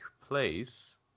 place